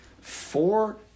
four